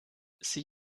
sie